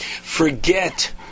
forget